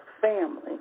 family